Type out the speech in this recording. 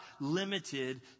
limited